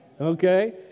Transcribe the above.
Okay